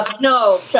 No